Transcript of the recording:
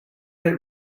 that